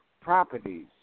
properties